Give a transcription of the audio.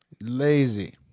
lazy